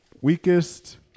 weakest